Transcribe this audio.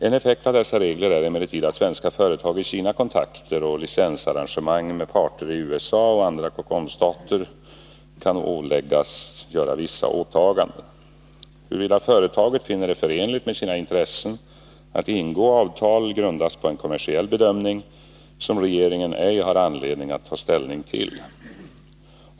En effekt av dessa regler är emellertid att svenska företag i sina kontrakt och licensarrangemang med parter i USA eller andra COCOM-stater kan åläggas göra vissa åtaganden. Huruvida företaget finner det förenligt med sina intressen att ingå avtal grundas på en kommersiell bedömning som regeringen ej har anledning att ta ställning till.